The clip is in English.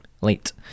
late